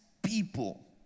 people